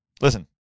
listen